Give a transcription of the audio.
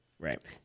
Right